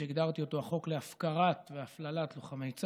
שהגדרתי אותו החוק להפקרת והפללת לוחמי צה"ל.